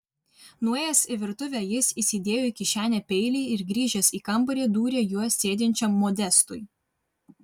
nuėjęs į virtuvę jis įsidėjo į kišenę peilį ir grįžęs į kambarį dūrė juo sėdinčiam modestui